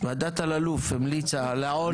ועדת אללוף המליצה על העוני.